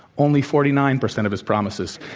only forty nine percent of his promises.